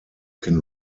can